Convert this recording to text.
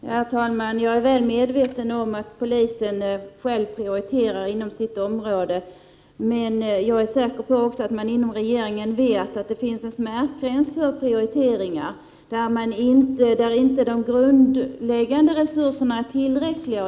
Herr talman! Jag är väl medveten om att polisen själv prioriterar inom sitt område, men jag är också säker på att man inom regeringen vet att det finns en smärtgräns för prioriteringar när de grundläggande resurserna inte är tillräckliga.